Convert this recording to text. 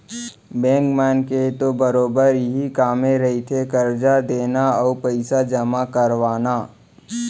bank मन के तो बरोबर इहीं कामे रहिथे करजा देना अउ पइसा जमा करवाना